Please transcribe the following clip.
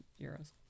Euros